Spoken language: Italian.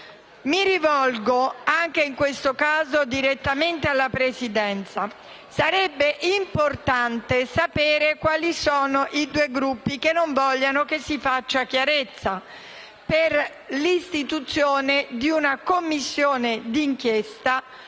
Mi rivolgo, anche in questo caso, direttamente alla Presidenza: sarebbe importante sapere quali sono i due Gruppi che non vogliono che si faccia chiarezza, attraverso una Commissione d'inchiesta,